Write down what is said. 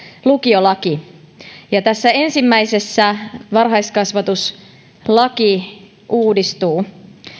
lukiolaki tässä ensimmäisessä varhaiskasvatuslaki uudistuu